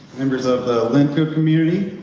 members of the linfield community,